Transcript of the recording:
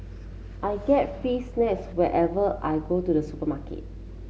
I get free snacks whenever I go to the supermarket